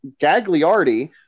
Gagliardi